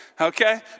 Okay